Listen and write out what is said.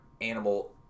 animal